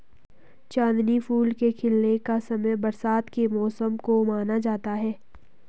चांदनी फूल के खिलने का समय बरसात के मौसम को माना जाता है